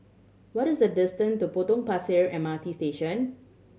what is the distant to Potong Pasir M R T Station